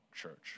church